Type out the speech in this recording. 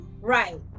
Right